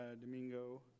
Domingo